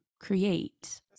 create